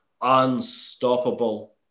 unstoppable